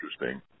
interesting